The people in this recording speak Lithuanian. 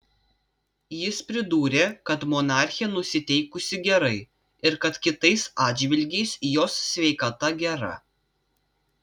jis pridūrė kad monarchė nusiteikusi gerai ir kad kitais atžvilgiais jos sveikata gera